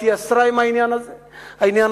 התייסרה עם העניין הזה,